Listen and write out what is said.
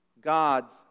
God's